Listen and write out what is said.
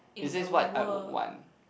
it says what I would want